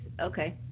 okay